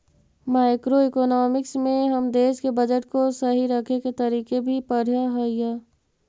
macroeconomics में हम देश के बजट को सही रखे के तरीके भी पढ़अ हियई